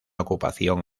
ocupación